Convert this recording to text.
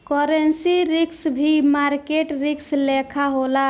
currency risk भी market risk लेखा होला